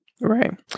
right